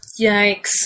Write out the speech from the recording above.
Yikes